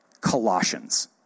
Colossians